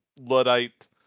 Luddite